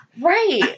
Right